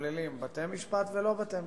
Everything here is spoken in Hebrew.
דרך בתי-משפט ולא דרך בתי-משפט.